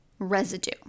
residue